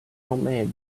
homemade